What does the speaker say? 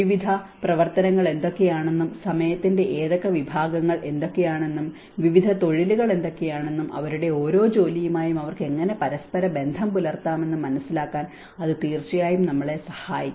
വിവിധ പ്രവർത്തനങ്ങൾ എന്തൊക്കെയാണെന്നും സമയത്തിന്റെ ഏതൊക്കെ വിഭാഗങ്ങൾ എന്തൊക്കെയാണെന്നും വിവിധ തൊഴിലുകൾ എന്തൊക്കെയാണെന്നും അവരുടെ ഓരോ ജോലിയുമായും അവർക്ക് എങ്ങനെ പരസ്പരബന്ധം പുലർത്താമെന്നും മനസ്സിലാക്കാൻ അത് തീർച്ചയായും നമ്മളെ സഹായിക്കും